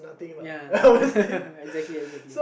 ya exactly exactly